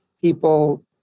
people